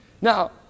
Now